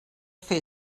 fer